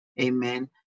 Amen